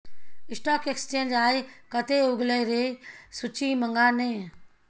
stock exchange आय कते उगलै रै सूची मंगा ने